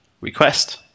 request